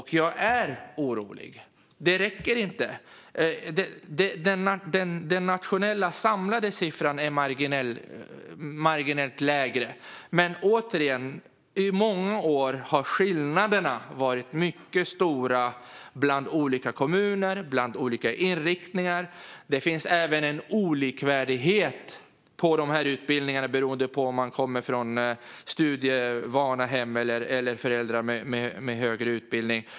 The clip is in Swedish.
Jag är orolig. Det räcker inte. Den samlade nationella siffran är marginellt lägre, men återigen: I många år har skillnaderna varit mycket stora mellan olika kommuner och mellan olika inriktningar. Det finns även en olikvärdighet på dessa utbildningar beroende på om man kommer från studieovana hem eller har föräldrar med högre utbildning.